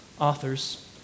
authors